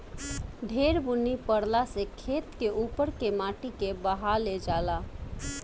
ढेर बुनी परला से खेत के उपर के माटी के बहा ले जाला